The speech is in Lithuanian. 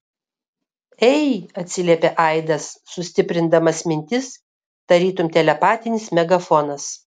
ei atsiliepė aidas sustiprindamas mintis tarytum telepatinis megafonas